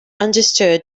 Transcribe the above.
understood